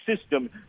system